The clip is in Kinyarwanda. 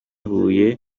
huye